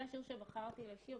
זה השיר שבחרתי לשיר.